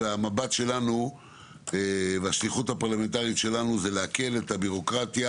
המבט שלנו והשליחות הפרלמנטרית שלנו הם להקל את הביורוקרטיה